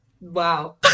Wow